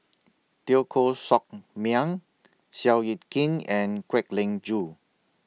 Teo Koh Sock Miang Seow Yit Kin and Kwek Leng Joo